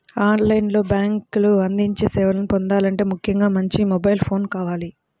on line లో బ్యేంకులు అందించే సేవలను పొందాలంటే ముఖ్యంగా మంచి మొబైల్ ఫోన్ కావాలి